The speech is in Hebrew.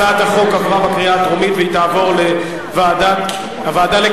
הצעת החוק עברה בקריאה הטרומית והיא תעבור לוועדה לקידום